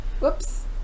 whoops